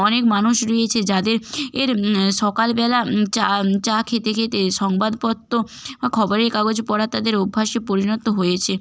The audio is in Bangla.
অনেক মানুষ রয়েছে যাদের এর সকালবেলা চা চা খেতে খেতে সংবাদপত্র খবরের কাগজ পড়া তাদের অভ্যাসে পরিণত হয়েছে